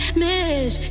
miss